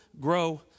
grow